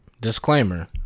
disclaimer